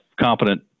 competent